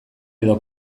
edo